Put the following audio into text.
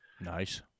Nice